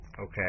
okay